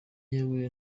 jewe